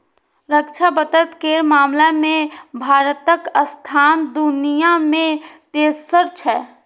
रक्षा बजट केर मामला मे भारतक स्थान दुनिया मे तेसर छै